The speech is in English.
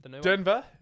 Denver